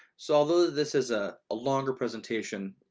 so although this is a longer presentation,